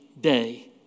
day